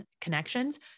connections